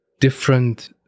Different